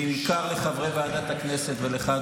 בעיקר לחברי ועדת הכנסת ולך,